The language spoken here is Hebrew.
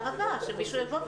מימי תודה,